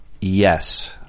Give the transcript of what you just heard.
yes